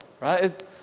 Right